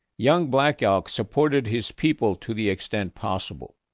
young black elk supported his people to the extent possible.